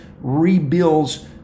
rebuilds